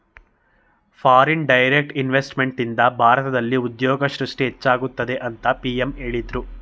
foreign direct ಇನ್ವೆಸ್ತ್ಮೆಂಟ್ನಿಂದ ಭಾರತದಲ್ಲಿ ಉದ್ಯೋಗ ಸೃಷ್ಟಿ ಹೆಚ್ಚಾಗುತ್ತದೆ ಅಂತ ಪಿ.ಎಂ ಹೇಳಿದ್ರು